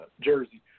jersey